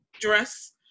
dress